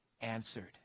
answered